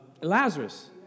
Lazarus